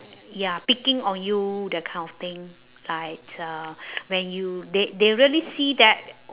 ya picking on you that kind of thing like uh when you they they really see that